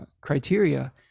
criteria